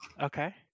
Okay